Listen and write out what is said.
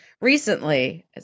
recently